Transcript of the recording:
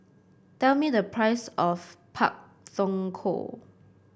tell me the price of Pak Thong Ko